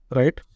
right